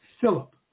Philip